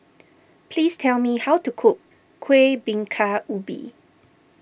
please tell me how to cook Kuih Bingka Ubi